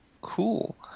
Cool